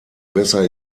besser